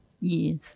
Yes